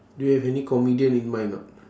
do you have any comedian in mind or not